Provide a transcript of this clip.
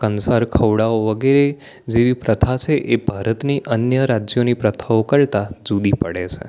કંસાર ખવડાવવો વગેરે જેવી પ્રથા છે એ ભારતની અન્ય રાજ્યની પ્રથાઓ કરતાં જુદી પડે છે